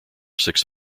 six